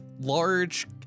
large